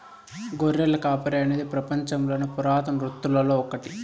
గొర్రెల కాపరి అనేది పపంచంలోని పురాతన వృత్తులలో ఒకటి